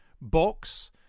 box